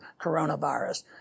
coronavirus